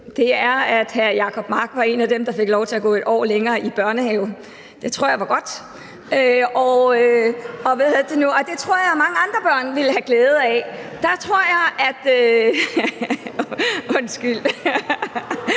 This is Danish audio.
det er, at hr. Jacob Mark var en af dem, der fik lov til at gå et år længere i børnehave. Det tror jeg var godt, og det tror jeg at mange andre børn ville have glæde af. (Munterhed). Undskyld,